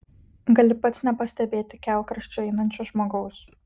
gali pats nepastebėti kelkraščiu einančio žmogaus